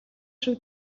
шүү